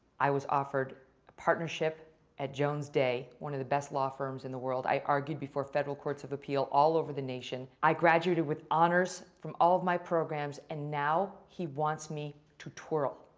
i was offered partnerships at jones day, one of the best law firms in the world. i argued before federal courts of appeal all over the nation. i graduated with honors from all of my programs and now he wants me to twirl.